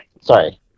Sorry